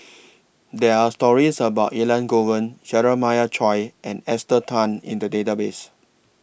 There Are stories about Elangovan Jeremiah Choy and Esther Tan in The Database